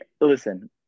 listen